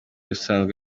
usanzwe